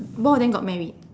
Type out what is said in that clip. both of them got married